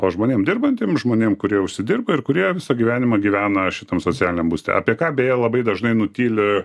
o žmonėm dirbantiem žmonėm kurie užsidirba ir kurie visą gyvenimą gyvena šitam socialiniam būste apie ką beje labai dažnai nutyli